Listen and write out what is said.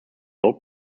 load